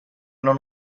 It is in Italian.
non